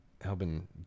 helping